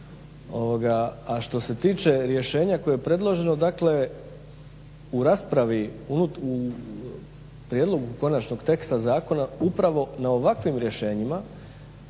A što se tiče rješenja koje je predloženo, dakle u raspravi, u prijedlogu konačnog teksta zakona upravo na ovakvim rješenjima